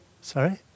Sorry